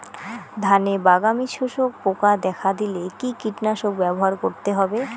ধানে বাদামি শোষক পোকা দেখা দিলে কি কীটনাশক ব্যবহার করতে হবে?